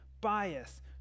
bias